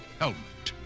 helmet